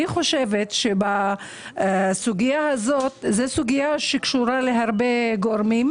לדעתי, הסוגיה הזאת קשורה להרבה גורמים.